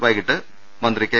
വൈകീട്ട് മന്ത്രി കെ